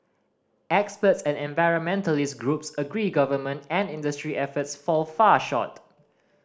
experts and environmentalist groups agree government and industry efforts fall far short